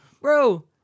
bro